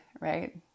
right